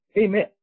Amen